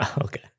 Okay